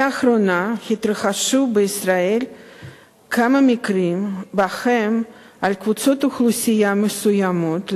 לאחרונה התרחשו בישראל כמה מקרים שבהם על קבוצות אוכלוסייה מסוימות,